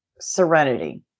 serenity